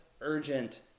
urgent